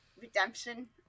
redemption